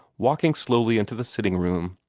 walking slowly into the sitting-room,